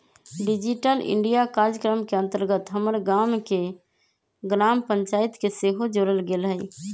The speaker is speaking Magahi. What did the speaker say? डिजिटल इंडिया काजक्रम के अंतर्गत हमर गाम के ग्राम पञ्चाइत के सेहो जोड़ल गेल हइ